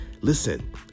Listen